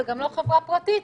לא חברה פרטית,